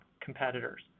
competitors